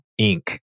Inc